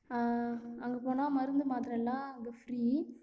அங்கே போனால் மருந்து மாத்திரைலாம் அங்கே ஃப்ரீ